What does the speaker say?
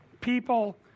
People